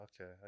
okay